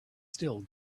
still